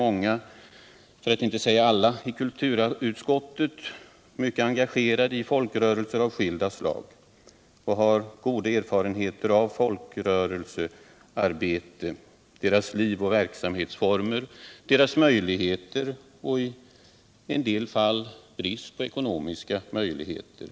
Många, för att inte säga alla, i kulturutskottet är väl engagerade i folkrörelser av skilda slag och har goda erfarenheter av arbetet där, känner deras liv och verksamhetsformer och även i en del fall deras brist på ekonomiska möjligheter.